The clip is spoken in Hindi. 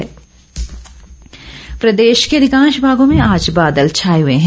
मौसम प्रदेश के अधिकांश भागों में आज बादल छाए हुए हैं